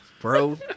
Bro